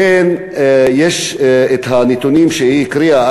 לכן יש הנתונים שהיא הקריאה,